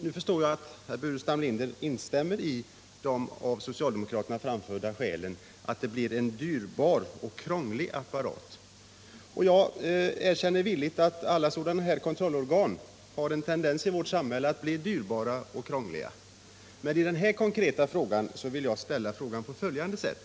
Nu förstår jag att herr Burenstam Linder instämmer i de av socialdemokraterna fram förda skälen att det blir en dyrbar och krånglig apparat. Jag erkänner villigt att alla sådana här kontrollorgan har en tendens i vårt samhälle att bli dyrbara och krångliga. När det gäller det här konkreta problemet vill jag fråga på följande sätt.